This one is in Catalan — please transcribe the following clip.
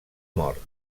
mort